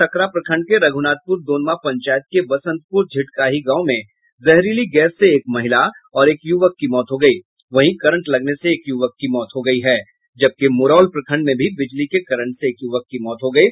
सकरा प्रखंड के रघुनाथपुर दोनमा पंचायत के बसंतपुर झिटकाही गाँव में जहरीली गैस से एक महिला और युवक की मौत हो गयी तथा करंट लगने से एक युवक की मौत हो गयी है जबकि मुरौल प्रखंड में भी बिजली के करंट से एक युवक की मौत हो गयी